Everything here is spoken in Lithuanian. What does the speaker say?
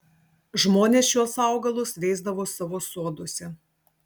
žmonės šiuos augalus veisdavo savo soduose